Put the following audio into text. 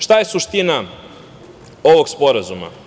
Šta je suština ovog sporazuma?